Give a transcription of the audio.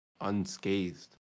unscathed